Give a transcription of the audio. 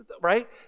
right